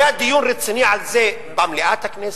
היה דיון רציני על זה במליאת הכנסת?